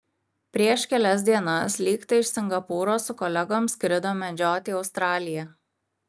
prieš kelias dienas lyg tai iš singapūro su kolegom skrido medžiot į australiją